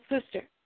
sister